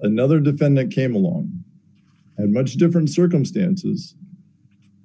another defendant came along and much different circumstances